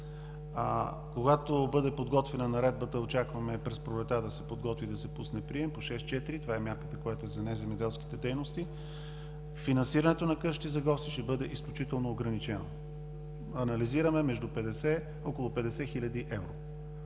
Когато бъде подготвена наредбата, очакваме през пролетта да се подготви и да се пусне прием по 6.4 – това е мярката, която е за неземеделските дейности, финансирането на къщите за гости ще бъде изключително ограничено. Анализираме около 50 хил. евро,